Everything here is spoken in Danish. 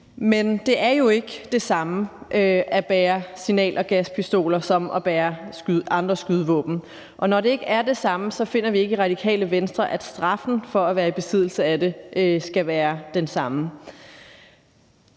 Men det er jo ikke det samme at bære signal- og gaspistoler som at bære andre skydevåben, og når det ikke er det samme, finder vi ikke i Radikale Venstre, at straffen for at være i besiddelse af det skal være den samme.